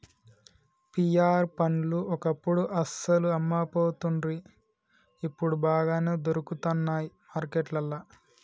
pear పండ్లు ఒకప్పుడు అస్సలు అమ్మపోతుండ్రి ఇప్పుడు బాగానే దొరుకుతానయ్ మార్కెట్లల్లా